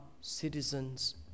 citizens